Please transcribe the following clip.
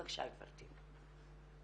בבקשה גבירתי.